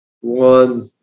One